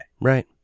Right